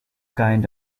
kind